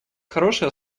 хорошей